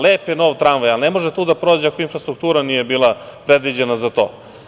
Lep je nov tramvaj, ali ne može to da prođe ako infrastruktura nije bila predviđena za to.